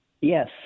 Yes